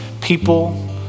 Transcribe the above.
People